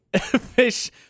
fish